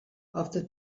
after